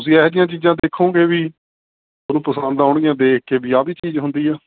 ਤੁਸੀਂ ਇਹੋ ਜਿਹੀਆਂ ਚੀਜ਼ਾਂ ਦੇਖੋਂਗੇ ਵੀ ਤੁਹਾਨੂੰ ਪਸੰਦ ਆਉਣਗੀਆਂ ਦੇਖ ਕੇ ਵੀ ਆਹ ਵੀ ਚੀਜ਼ ਹੁੰਦੀ ਆ